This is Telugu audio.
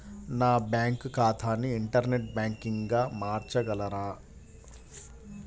నా బ్యాంక్ ఖాతాని ఇంటర్నెట్ బ్యాంకింగ్గా మార్చగలరా?